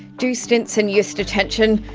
do stints in youth detention,